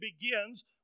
begins